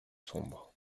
sombres